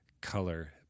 color